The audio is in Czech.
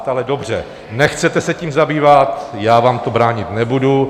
Ale dobře, nechcete se tím zabývat, já vám v tom bránit nebudu.